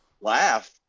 laugh